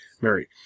Mary